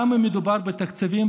גם אם מדובר בתקציבים,